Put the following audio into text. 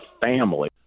family